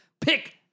Pick